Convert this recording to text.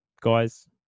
guys